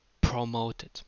promoted